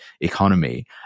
economy